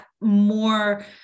more